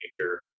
nature